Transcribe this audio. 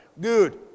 Good